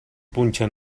punxen